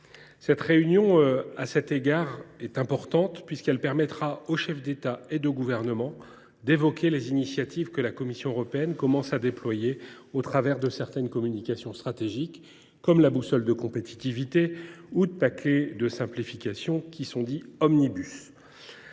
Cette réunion est importante, puisqu’elle permettra aux chefs d’État et de gouvernement d’évoquer les initiatives que la Commission européenne commence à déployer au travers de certaines communications stratégiques, comme la boussole de compétitivité, ou de paquets de simplification dits omnibus.